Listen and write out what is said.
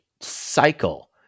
cycle